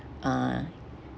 uh